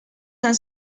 han